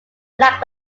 black